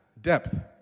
depth